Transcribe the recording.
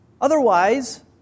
otherwise